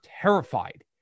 terrified